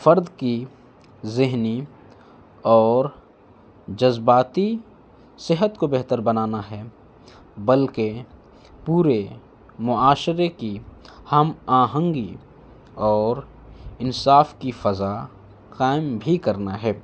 فرد کی ذہنی اور جذباتی صحت کو بہتر بنانا ہے بلکہ پورے معاشرے کی ہم آہنگی اور انصاف کی فضا قائم بھی کرنا ہے